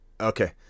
Okay